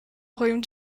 royaume